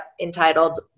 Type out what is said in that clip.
entitled